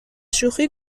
شوخی